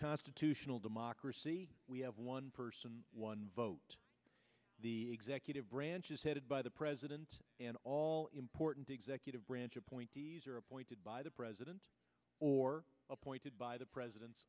constitutional democracy we have one person one vote the executive branch is headed by the president and all important executive branch appoint pointed by the president or appointed by the president